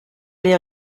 les